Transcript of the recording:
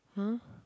!huh!